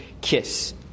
kiss